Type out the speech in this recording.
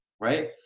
right